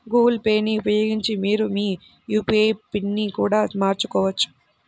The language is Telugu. గూగుల్ పే ని ఉపయోగించి మీరు మీ యూ.పీ.ఐ పిన్ని కూడా మార్చుకోవచ్చు